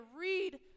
read